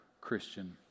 Christian